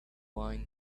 wine